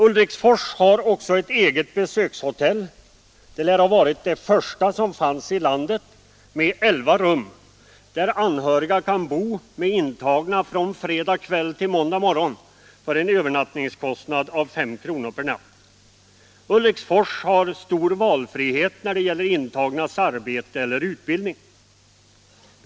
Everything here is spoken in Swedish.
Ulriksfors har också ett eget besökshotell — det lär ha varit det första 135 värden i landet — med elva rum, där anhöriga kan bo med intagna från fredag kväll till måndag morgon för en kostnad av 5 kr. per natt. Ulriksfors har stor valfrihet när det gäller intagnas arbete celler utbildning.